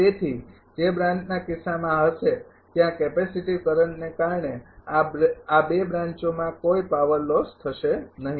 તેથી જે બ્રાન્ચના કિસ્સામાં આ હશે ત્યાં કેપેસિટીવ કરંટને કારણે આ બે બ્રાંચોમાં કોઈ પાવર લોસ થશે નહીં